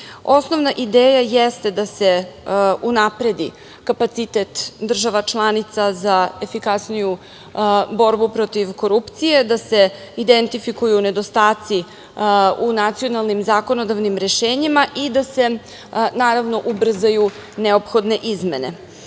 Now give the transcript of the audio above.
Evrope. Osnovna ideja jeste da se unapredi kapacitet država članica za efikasniju borbu protiv korupcije, da se identifikuju nedostaci u nacionalnim zakonodavnim rešenjima i da se ubrzaju neophodne izmene. Srbija